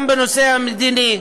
גם בנושא המדיני,